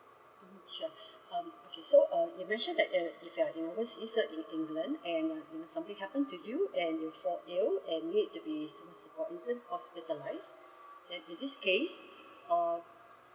sure um okay so uh you mentioned that if you're in overseas so in england and something happen to you and you felt ill and get to be for instance hospitalised then in this case uh